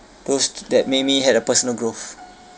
those that made me had a personal growth